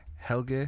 helge